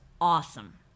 awesome